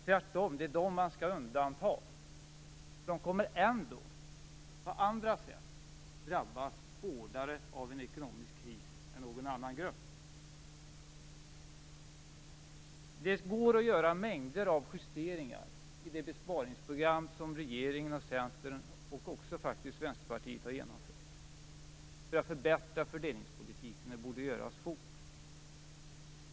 Tvärtom är det dem man skall undanta. De kommer ändå, på andra sätt, att drabbas hårdare av en ekonomisk kris än någon annan grupp. Det går att göra mängder av justeringar för att förbättra fördelningspolitiken i det besparingsprogram som regeringen och Centern och faktiskt också Vänsterpartiet har genomfört, och det borde göras fort.